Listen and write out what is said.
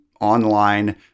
online